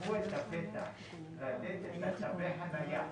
שפתחו את הפתח לתת תגי חנייה